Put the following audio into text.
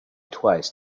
twice